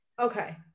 okay